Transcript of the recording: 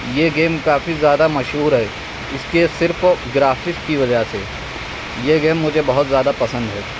یہ گیم کافی زیادہ مشہور ہے اس کے صرف گرافکس کی وجہ سے یہ گیم مجھے زیادہ پسند ہے